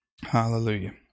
Hallelujah